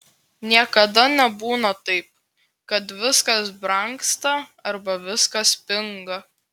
niekada nebūna taip kad viskas brangsta arba viskas pinga